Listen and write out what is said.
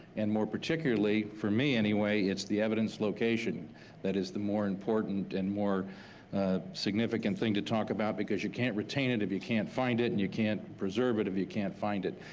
and more particularly for me anyway, is the evidence location that is the more important and more significant thing to talk about, because you can't retain it if you can't find it, and you can't preserve it if you can't find it.